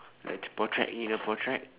like